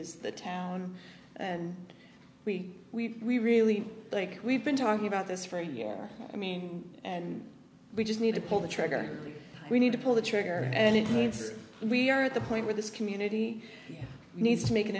is the town and we we we really like we've been talking about this for a year i mean and we just need to pull the trigger we need to pull the trigger and it needs we're at the point where this community needs to make an